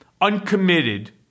uncommitted